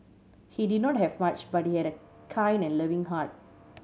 he did not have much but he had a kind and loving heart